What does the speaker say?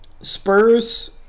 Spurs